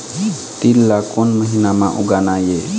तील ला कोन महीना म उगाना ये?